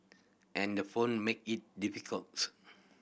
and the phone make is difficult